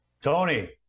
Tony